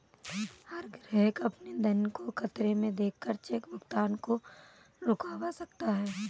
हर ग्राहक अपने धन को खतरे में देख कर चेक भुगतान को रुकवा सकता है